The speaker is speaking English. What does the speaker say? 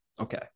Okay